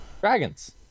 dragons